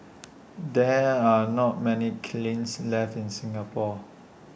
there are not many kilns left in Singapore